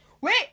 wait